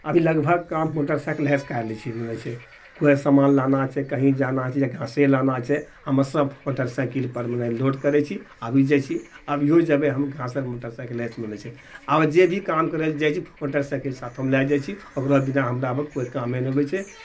अभी लगभग काम मोटरसाइकलेसँ कए लए छिऐ की कहए छै कोइ सामान लाना छै कही जाना छै या घासे लाना छै हम सब मोटरसाइकिल पर मने लोड करए छी आबि जाइ छी अभियो जेबए हमे घासे मोटरसाइकिले आब जे भी काम करए लऽ जाइ छी मोटरसाइकिल साथोमे लए जाइत छी ओकरो बिना हमर अपन कोनो कामे नहि होबए छै